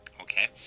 Okay